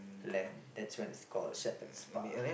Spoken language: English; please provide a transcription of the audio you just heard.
lamb that's when it's called Shepherd's pie